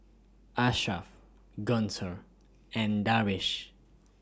Ashraff Guntur and Darwish